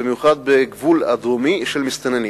במיוחד בגבול הדרומי, של מסתננים.